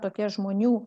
tokia žmonių